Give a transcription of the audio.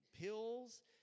pills